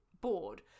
board